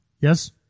Yes